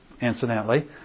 incidentally